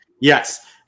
Yes